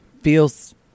feels